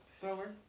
thrower